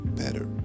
better